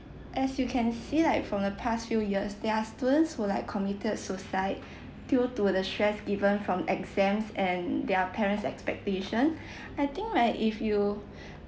as you can see like from the past few years there are students who like committed suicide due to the stress given from exams and their parent's expectation I think right if you